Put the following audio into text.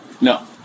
No